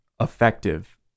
effective